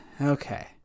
okay